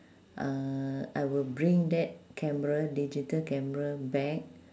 uh I will bring that camera digital camera back